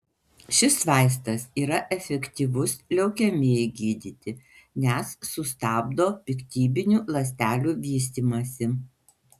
šis vaistas yra efektyvus leukemijai gydyti nes sustabdo piktybinių ląstelių vystymąsi